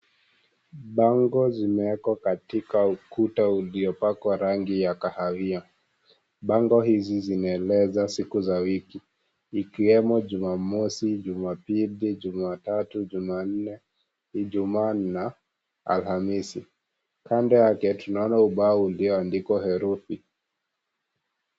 Bango zimewekwa kwenye ukuta uliopakwa rangi ya kahawia, bango hizi zimeeleza siku za wiki ikiwemo jumamosi, jumapili, jumatatu, jumanne, ijumaa na alhamisi, kando yake tunaona ubao ulioandikwa herufi.